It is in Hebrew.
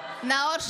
(קוראת בשם חבר הכנסת) נאור שירי,